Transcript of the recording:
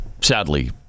sadly